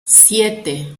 siete